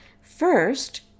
first